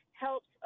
helps